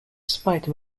spider